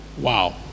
Wow